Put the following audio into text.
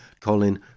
Colin